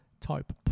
Type